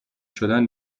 شدن